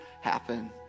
happen